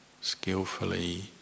skillfully